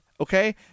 Okay